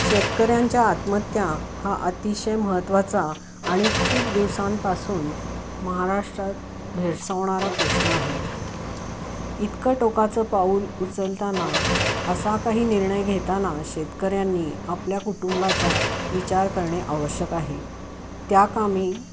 शेतकऱ्यांच्या आत्महत्या हा अतिशय महत्त्वाचा आणि खूप दिवसांपासून महाराष्ट्रात भेडसावणारा प्रश्न आहे इतकं टोकाचं पाऊल उचलताना असा काही निर्णय घेताना शेतकऱ्यांनी आपल्या कुटुंबाचा विचार करणे आवश्यक आहे त्या त्या कामी